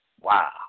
wow